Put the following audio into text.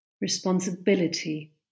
responsibility